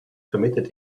permitted